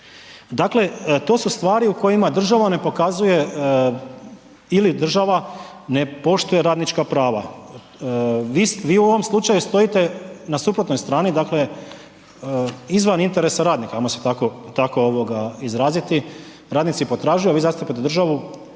Dakle, to su stvari u kojima država ne pokazuje ili država ne poštuje radnička prava. Vi u ovom slučaju stojite na suprotnoj strani, dakle izvan interesa radnika, ajmo se tako, tako ovoga izraziti, radnici potražuju, a vi zastupate državu